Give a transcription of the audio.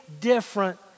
different